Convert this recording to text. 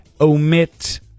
omit